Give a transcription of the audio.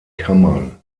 kammern